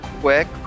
quick